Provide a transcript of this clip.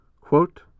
Quote